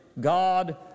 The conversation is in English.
God